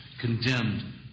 condemned